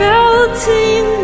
Melting